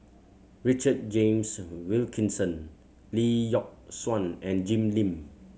Richard James Wilkinson Lee Yock Suan and Jim Lim